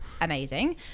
amazing